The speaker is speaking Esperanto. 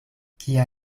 kia